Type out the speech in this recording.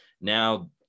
now